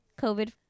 covid